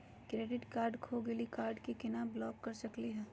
Credit card खो गैली, card क केना ब्लॉक कर सकली हे?